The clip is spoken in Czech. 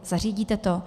Zařídíte to?